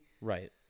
Right